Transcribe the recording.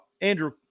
Andrew